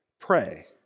pray